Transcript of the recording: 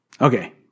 Okay